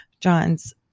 John's